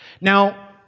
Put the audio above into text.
Now